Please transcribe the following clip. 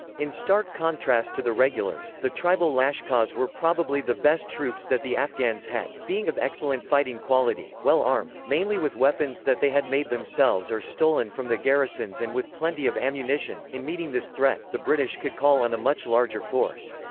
in stark contrast to the regulars, the tribal lashkars were probably the best troops that the afghans had, being of excellent fighting quality, well armed, mainly with weapons that they had made themselves or stolen from the garrisons and with plenty of ammunition in meeting this threat, the british could call on a much larger force.